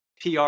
PR